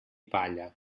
palla